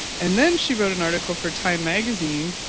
and then, she wrote an article for time magazine